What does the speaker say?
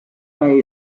pie